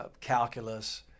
calculus